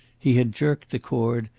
he had jerked the cord,